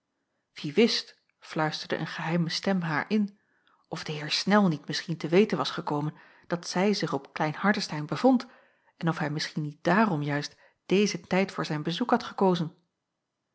wie wist fluisterde een geheime stem haar in of de heer snel niet misschien te weten was gekomen dat zij zich op klein hardestein bevond en of hij misschien niet daarom juist dezen tijd voor zijn bezoek had gekozen